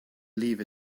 leave